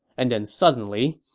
and then suddenly,